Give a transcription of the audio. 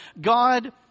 God